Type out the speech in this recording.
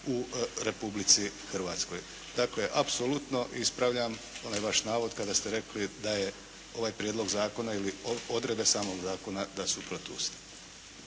u Republici Hrvatskoj. Dakle, apsolutno ispravljam onaj vaš navod kada ste rekli da je ovaj prijedlog zakona ili odredbe samog zakona da su protuustavni.